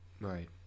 right